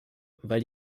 weil